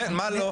כן, מה לא?